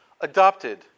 adopted